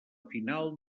final